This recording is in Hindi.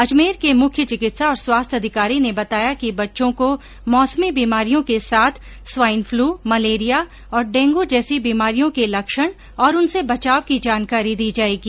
अजमेर के मुख्य चिकित्सा और स्वास्थ्य अधिकारी ने बताया कि बच्चों को मौसमी बीमारियों को साथ स्वाईन फ्लू मलेरिया और डेंगू जैसी बीमारियों के लक्ष्ण और उनसे बचाव की जानकारी दी जाएगी